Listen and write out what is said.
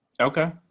Okay